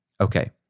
Okay